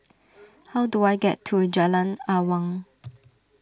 how do I get to Jalan Awang